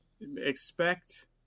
expect